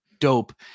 dope